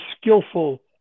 skillful